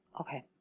okay